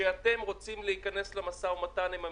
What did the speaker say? שאתם רוצים להיכנס למשא ומתן עם המדינה,